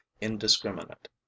indiscriminate